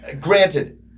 granted